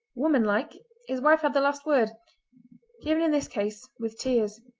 woman-like his wife had the last word given in this case with tears